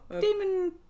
demon